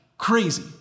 Crazy